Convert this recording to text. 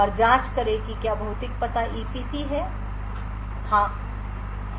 और जाँच करें कि क्या भौतिक पता ईपीसी हाँ में है